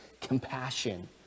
compassion